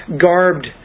garbed